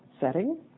setting